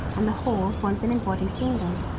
and the whole forms an important kingdom.